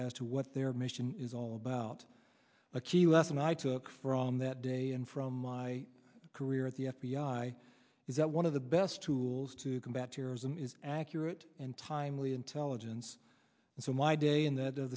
as to what their mission is all about a key lesson i took from that day and from my career at the f b i is that one of the best tools to combat terrorism is accurate and timely intelligence and so my day in that